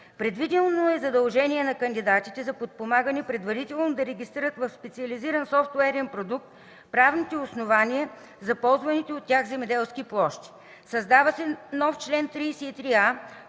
Предвидено е задължение на кандидатите за подпомагане предварително да регистрират в специализиран софтуерен продукт правните основания за ползваните от тях земеделски площи. Създава се нов чл. 33а,